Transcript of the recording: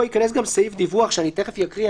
פה ייכנס גם סעיף דיווח שאני תיכף אקרא.